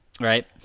Right